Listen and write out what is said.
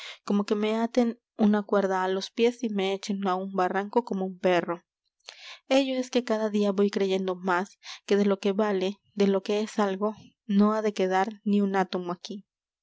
como que me aten una cuerda á los pies y me echen á un barranco como un perro ello es que cada día voy creyendo más que de lo que vale de lo que es algo no ha de quedar ni un átomo aquí